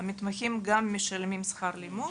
המתמחים גם משלמים שכר לימוד.